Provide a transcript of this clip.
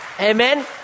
Amen